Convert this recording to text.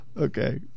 Okay